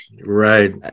Right